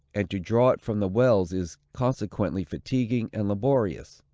and to draw it from the wells is, consequently, fatiguing and laborious.